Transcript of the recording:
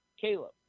Caleb